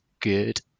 good